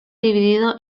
dividido